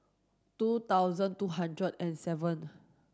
two thousand two hundred and seven